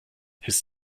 ist